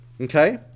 Okay